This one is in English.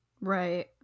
right